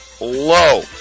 low